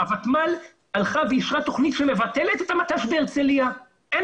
הוותמ"ל הלכה ואישרה תכנית שמבטלת את המט"ש בהרצליה - היום